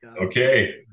Okay